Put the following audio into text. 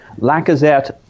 Lacazette